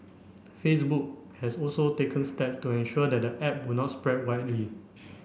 Facebook has also taken step to ensure that the app would not spread widely